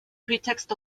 pretext